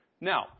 Now